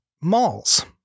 malls